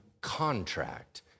contract